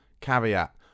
caveat